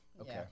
okay